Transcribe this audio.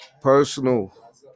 Personal